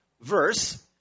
verse